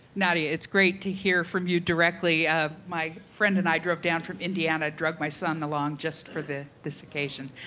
nadia, it's great to hear from you directly. ah my friend and i drove down from indiana. i drug my son along just for this this occasion.